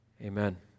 Amen